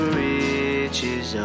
riches